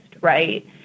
right